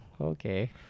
Okay